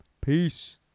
Peace